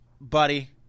buddy